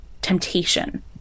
temptation